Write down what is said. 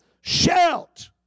shout